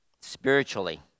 spiritually